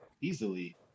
easily